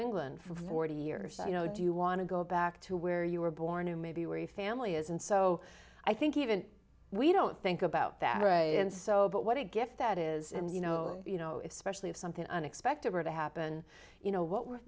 england for forty years you know do you want to go back to where you were born or maybe you were a family is and so i think even we don't think about that and so but what a gift that is and you know you know if specially if something unexpected were to happen you know what were